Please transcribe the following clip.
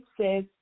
says